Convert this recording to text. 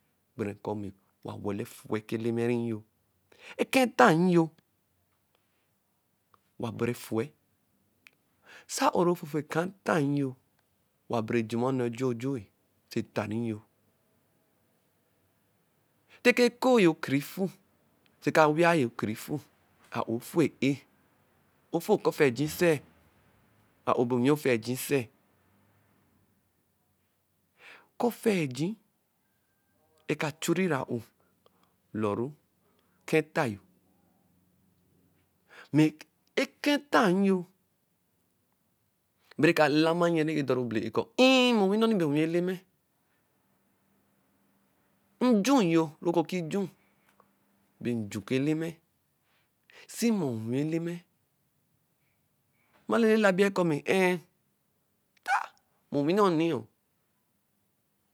Gbere kɔ mẹ owa wala efue ɛka Eleme ri yo. Eka eta nyo, waboru efue. Se a-o nɔ fufu ɛka eta yo, owa bere juma one oju-oju-e, oso eta ri-yo. Nte oku ekoo yo kiri fu. nte oku awia yo kan fu, a-o ofu e-eh?ofu ɛka ofeji sɛ?a-o bɛ onwi ofeji sɛ? Ɛka ofeji eka churiru a-o lɔru eka eta yo. Mɛ ɛka eta yo bɛ rẹ eka lama nyɛ. rɛ dɔri abele-e kɔ mmbb mɛ onwi nnɔ bɛ onwi Eleme. Si mɔ onwi Eleme, mba lele elabie kɔ err ta mɛ onwi nnɔ nior.